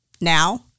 Now